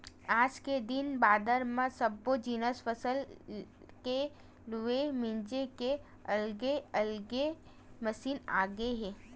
आज के दिन बादर म सब्बो जिनिस फसल के लूए मिजे के अलगे अलगे मसीन आगे हे